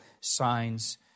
signs